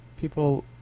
people